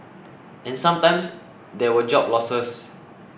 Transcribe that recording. and sometimes there were job losses